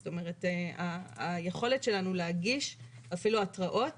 זאת אומרת היכולת שלנו להגיש אפילו התראות